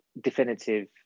definitive